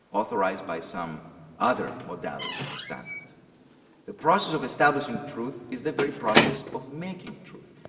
authorised by some other modality or standard the process of establishing truth is the very process of making truth,